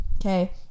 okay